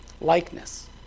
likeness